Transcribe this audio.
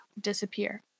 disappear